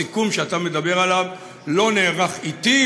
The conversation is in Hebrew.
הסיכום שאתה מדבר עליו לא נערך אתי.